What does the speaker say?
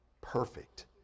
perfect